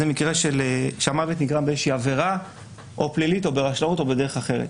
זה מקרה שהמוות נגרם באיזושהי עבירה או פלילית או ברשלנות או בדרך אחרת.